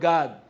God